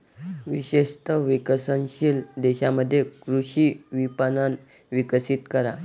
विशेषत विकसनशील देशांमध्ये कृषी विपणन विकसित करा